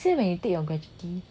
next year when you take your gratuity